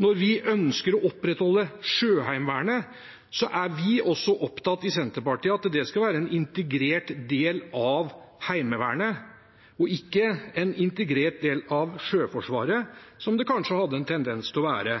Når vi ønsker å opprettholde Sjøheimevernet, er vi i Senterpartiet også opptatt av at det skal være en integrert del av Heimevernet og ikke en integrert del av Sjøforsvaret, som det kanskje hadde en tendens til å være